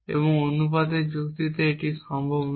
এখন অনুপাতের যুক্তিতে এটি সম্ভব নয়